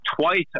twice